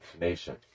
nation